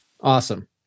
awesome